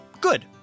good